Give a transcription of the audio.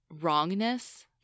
wrongness